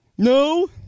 No